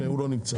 הוא לא נמצא,